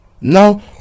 Now